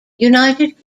united